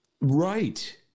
Right